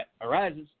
arises